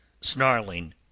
snarling